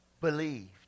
believed